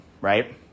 right